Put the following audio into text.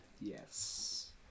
Yes